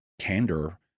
candor